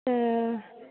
तर